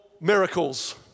miracles